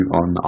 on